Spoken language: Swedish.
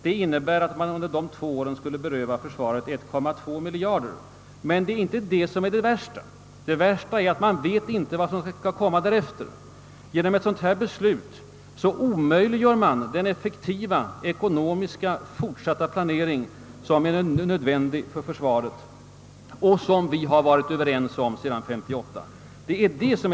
Det betyder att man under dessa två år skulle beröva försvaret omkring 1,2 miljard kronor. Detta är dock inte det värsta; det är att man inte vet vad som skall komma därefter. Genom ett sådant provisoriskt beslut omöjliggöres den effektiva fortsatta ekonomiska planering som är nödvändig för försvaret och som vi alla har varit överens om sedan 1958. Det är det värsta.